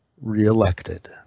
reelected